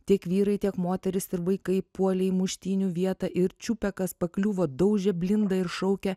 tiek vyrai tiek moterys ir vaikai puolė į muštynių vietą ir čiupę kas pakliuvo daužė blindą ir šaukė